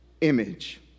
Image